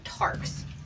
Tark's